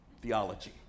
theology